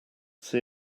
see